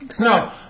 no